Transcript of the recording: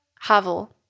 Havel